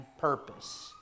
purpose